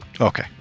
Okay